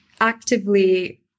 actively